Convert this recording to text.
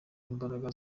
imbaraga